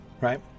right